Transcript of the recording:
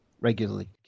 regularly